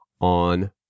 on